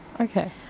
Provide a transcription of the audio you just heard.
Okay